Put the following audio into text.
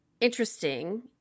interesting